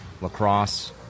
lacrosse